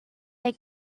they